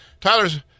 Tyler's